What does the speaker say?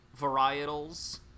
varietals